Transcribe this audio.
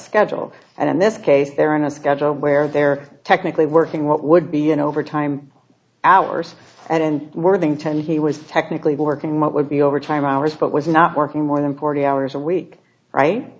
schedule and in this case they're on a schedule where they're technically working what would be an overtime hours and worthington he was technically working what would be overtime hours but was not working more than forty hours a week